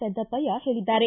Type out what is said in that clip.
ಪೆದ್ದಪ್ಪಯ್ಯ ಹೇಳಿದ್ದಾರೆ